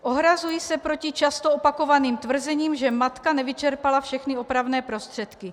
Ohrazuji se proti často opakovaným tvrzením, že matka nevyčerpala všechny opravné prostředky.